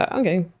ah okay.